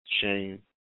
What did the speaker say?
shame